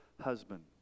husband